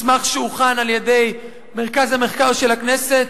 מסמך שהוכן על-ידי מרכז המחקר של הכנסת